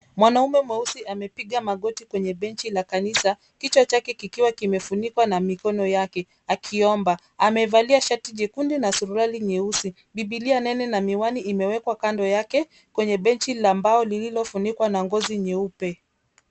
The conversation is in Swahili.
Mwanaume mweusi amepiga magoti kwenye benchi la kanisa kichwa chake kikiwa kimefunikwa na mikono yake akiomba. Amevalia shati jekundu na suruali nyeusi. Bibilia nene na miwani imewekwa kando yake kwenye benchi la mbao lililofunikwa na ngozi nyeupe.